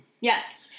Yes